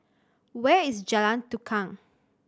where is Jalan Tukang